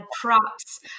props